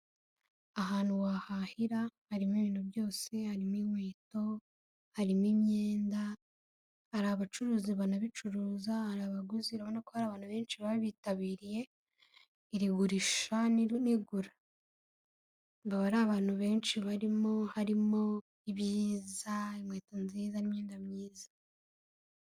Ahantu wahahira harimo ibintu byose, harimo inkweto, harimo imyenda, hari abacuruzi banabicuruza, hari abaguzi urabona ko hari abantu benshi baba bitabiriye, iri gurisha n'igura, ngo hari abantu benshi barimo, harimo ibyiza, inkweto nziza n'imyenda myiza.